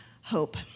hope